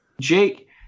Jake